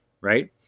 Right